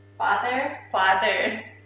father father.